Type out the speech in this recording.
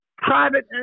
private